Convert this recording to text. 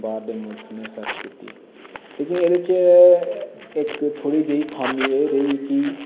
बाह्र दे मुल्ख नै सर्च कीत्ति लेकिन एह्दे च इक थोह्ड़ी जेहि खामी एह् रेही की